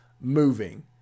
moving